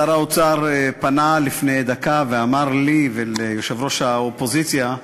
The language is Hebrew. שר האוצר פנה לפני דקה ואמר לי וליושב-ראש האופוזיציה,